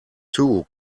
two